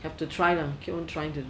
have to try ah keep on trying to do